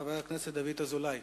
חבר הכנסת דוד אזולאי.